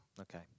Okay